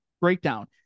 breakdown